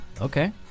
okay